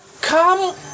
Come